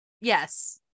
yes